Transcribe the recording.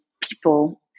people